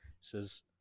says